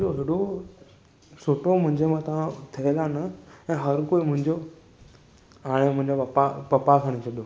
हुननि जो हेॾो सुठो मुंहिंजे मथां थियलु आहे न ऐं हर कोई मुंहिंजो हाणे मुंहिंजा पप्पा पप्पा खणी छॾो